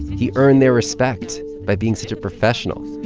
he earned their respect by being such a professional.